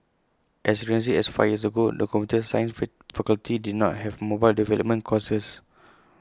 as recently as five years ago the computer science fee faculty did not have mobile development courses